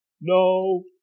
No